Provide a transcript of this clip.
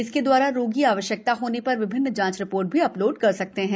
इसके द्वारा रोगी आवश्यकता होने र विभिन्न जाँच रि ोर्ट भी अ लोड कर सकते हैं